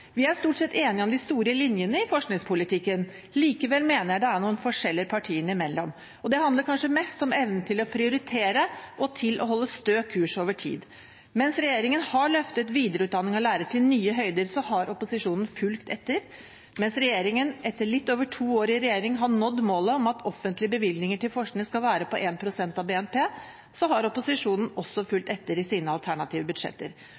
Vi er stort sett enige om de store linjene i forskningspolitikken. Likevel mener jeg det er noen forskjeller partiene imellom. Det handler kanskje mest om evnen til å prioritere og til å holde stø kurs over tid. Mens regjeringen har løftet videreutdanning av lærere til nye høyder, har opposisjonen fulgt etter. Mens regjeringen etter litt over to år i regjering har nådd målet om at offentlige bevilgninger til forskning skal være på 1 pst. av BNP, har opposisjonen også fulgt etter i sine alternative budsjetter.